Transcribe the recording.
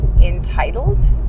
entitled